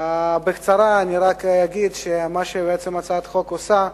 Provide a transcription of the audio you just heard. בקצרה, אני רק אגיד שמה שהצעת החוק עושה,